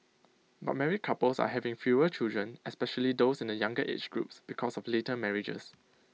but married couples are having fewer children especially those in the younger age groups because of later marriages